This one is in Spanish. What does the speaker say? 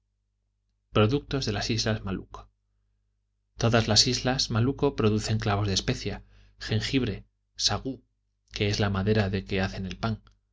productos de las islas malucco todas las islas malucco producen clavos de especia jengibre sagú que es la madera de que se hace el pan